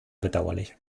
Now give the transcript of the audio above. bedauerlich